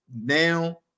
now